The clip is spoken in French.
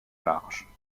large